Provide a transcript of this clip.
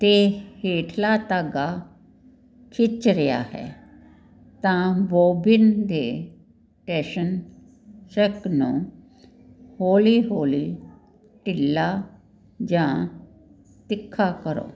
ਅਤੇ ਹੇਠਲਾ ਧਾਗਾ ਖਿੱਚ ਰਿਹਾ ਹੈ ਤਾਂ ਬੋਬਿਨ ਦੇ ਟੈਸ਼ਨ ਚੈਕ ਨੂੰ ਹੌਲੀ ਹੌਲੀ ਢਿੱਲਾ ਜਾ ਤੀਖਾ ਕਰੋ